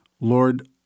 Lord